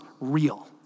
real